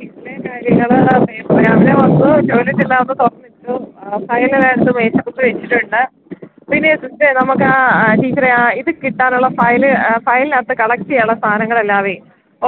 ടീച്ചറെ ഇത്രയും കാര്യങ്ങൾ രാവിലെ വന്ന് ടോയിലറ്റ് എല്ലാം ഒന്ന് തുറന്നിട്ടു ഫയല് പിന്നെ മേശപ്പുറത്ത് വെച്ചിട്ടുണ്ട് പിന്നെ സിസ്റ്ററെ നമുക്ക് ടീച്ചറെ ഇത് കിട്ടാനുള്ള ഫയല് ഫയലിനകത്ത് കളക്ട് ചെയ്യാനുള്ള സാധനങ്ങൾ എല്ലാം